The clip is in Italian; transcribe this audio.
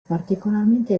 particolarmente